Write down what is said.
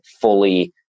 fully